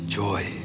joy